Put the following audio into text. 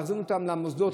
להחזיר אותם למוסדות,